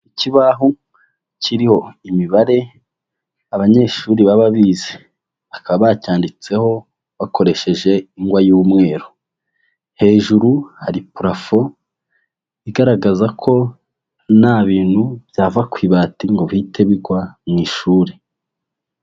Ikibaho kiriho imibare, abanyeshuri baba bize, bakaba bacyanditseho bakoresheje ingwa y'umweru, hejuru hari purafo igaragaza ko nta bintu byava ku ibati ngo bihite bigwa mu ishuri.